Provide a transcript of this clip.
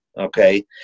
Okay